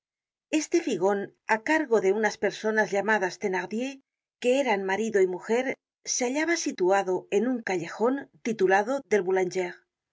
este figon á cargo de unas personas llamadas thenardier que eran marido y mujer se hallaba situado en un callejon titulado del boulanger